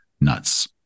nuts